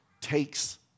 takes